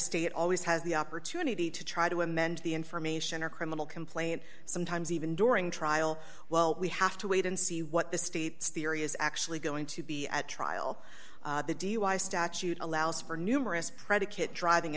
state always has the opportunity to try to amend the information or criminal complaint sometimes even during trial well we have to wait and see what the state's theory is actually going to be at trial the dui statute allows for numerous predicate driving